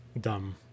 dumb